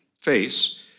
face